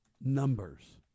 numbers